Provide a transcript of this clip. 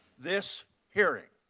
this hearing.